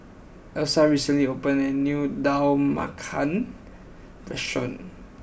Elsa recently opened a new Dal Makhani restaurant